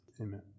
amen